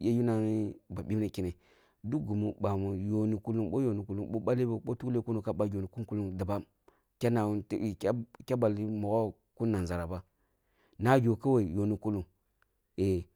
yuna ni ba bipne kyene, duk gumu bamu yoh ni kullung boh ballebo kun boh tuklokuno ka balfo kuno dabam, kenna wum tiki da balbi kum nasaraba naso kawai yoh ni kullung eh